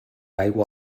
aigua